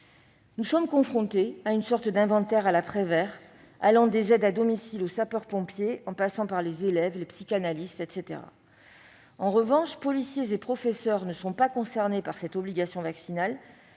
Vous dressez une sorte d'inventaire à la Prévert, allant des aides à domicile aux sapeurs-pompiers, en passant par les élèves et les psychanalystes. En revanche, policiers et professeurs ne sont pas concernés par l'obligation vaccinale,